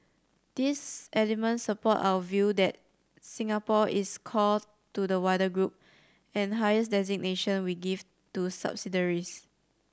these elements support our view that Singapore is core to the wider group the highest designation we give to subsidiaries